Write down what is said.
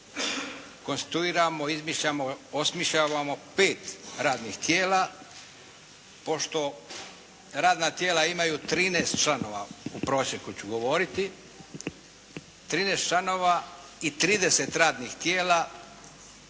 konstituiramo, izmišljamo, osmišljavamo pet radnih tijela. Pošto radna tijela imaju 13 članova u prosjeku ću govoriti, 13 članova i 30 radnih tijela,